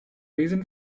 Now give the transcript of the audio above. reason